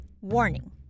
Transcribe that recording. Warning